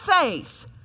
faith